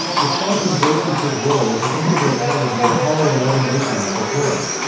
the song embraces his role as an integral part of the apollo eleven mission with the chorus,